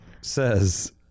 says